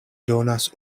donas